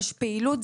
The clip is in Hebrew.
יש פעילות,